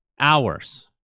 hours